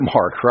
Mark